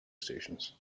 stations